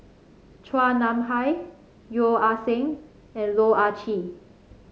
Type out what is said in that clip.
Chua Nam Hai Yeo Ah Seng and Loh Ah Chee